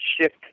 shift